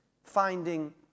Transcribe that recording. Finding